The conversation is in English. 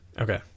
Okay